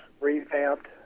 revamped